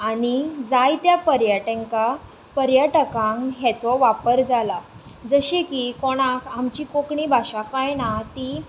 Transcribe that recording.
आनी जाय त्या पर्यटेंका पर्यटकांक हाचो वापर जाला जशें की कोणाक आमची कोंकणी भाशा कळना तीं